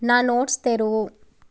నా నోట్స్ తెరువు